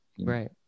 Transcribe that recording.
Right